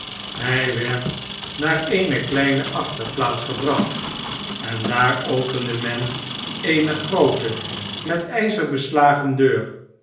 hij werd naar eene kleine achterplaats gebracht en daaropende men eene groote met ijzer beslagen deur